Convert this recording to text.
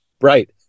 Right